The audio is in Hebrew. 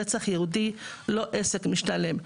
רצח יהודי זה לא עסק משתלם.